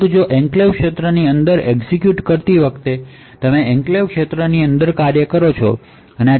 પરંતુ જો કે એન્ક્લેવ્સ ક્ષેત્રની અંદર એક્ઝેક્યુટ કરો છો એટ્લે કે એન્ક્લેવ્સ ક્ષેત્રની અંદર ફંકશન છે